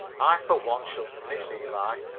i for one shall miss eli.